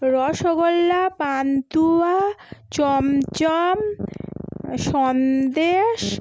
rasgulla pantua chomchom Sandesh